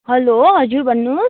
hello हजुर भन्नुहोस्